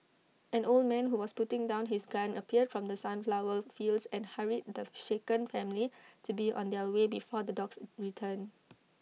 an old man who was putting down his gun appeared from the sunflower fields and hurried the shaken family to be on their way before the dogs return